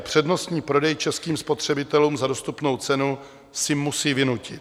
Přednostní prodej českým spotřebitelům za dostupnou cenu si musí vynutit.